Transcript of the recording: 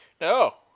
No